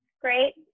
great